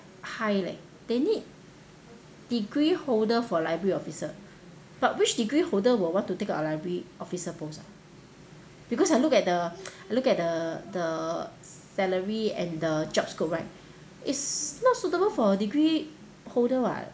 high leh they need degree holder for library officer but which degree holder will want to take up a library officer post ah because I look at the look at the the salary and the job scope right it's not suitable for degree holder [what]